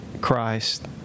Christ